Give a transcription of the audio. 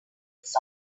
this